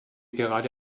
gerade